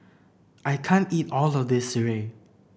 I can't eat all of this Sireh